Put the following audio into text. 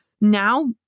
Now